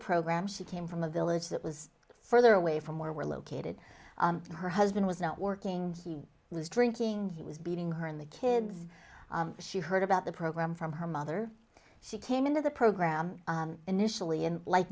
program she came from a village that was further away from where we're located and her husband was not working he was drinking he was beating when the kids she heard about the program from her mother she came into the program initially and li